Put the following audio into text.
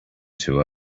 too